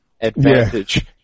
advantage